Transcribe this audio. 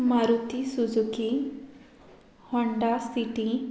Maruti Suzuki Honda city